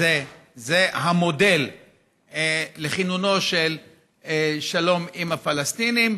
זה המודל לכינונו של שלום עם הפלסטינים,